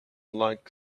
like